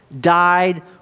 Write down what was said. died